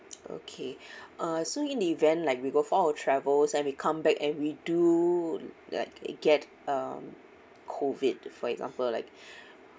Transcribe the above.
okay uh so in the event like we go for our travels and we come back and we do like get um COVID for example like